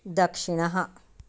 दक्षिणः